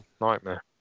nightmare